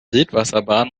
wildwasserbahn